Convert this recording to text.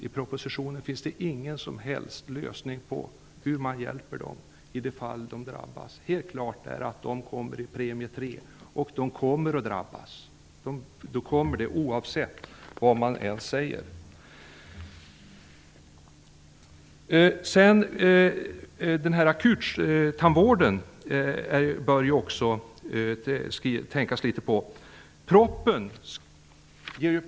I propositionen finns ingen som helst lösning på hur man skall hjälpa dem i det fall de drabbas. Helt klart är att de kommer i premieklass 3, och de kommer att drabbas, oavsett vad man säger. Man bör också tänka litet på akuttandvården.